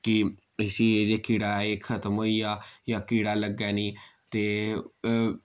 कि इस्सी एह् जे कीड़ा ऐ एह् खत्म होइया जां कीड़ा लग्गै नेईं ते